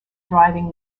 driving